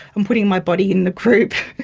i'm putting my body in the group.